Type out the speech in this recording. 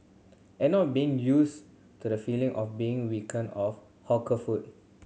and not being used to the feeling of being weaken off hawker food